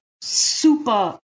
super